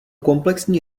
komplexní